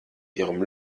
ihrem